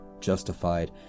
justified